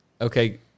Okay